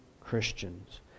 Christians